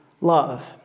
love